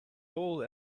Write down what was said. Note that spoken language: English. all